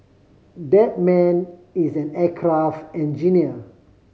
that man is an aircraft engineer